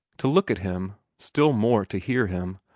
to look at him, still more to hear him,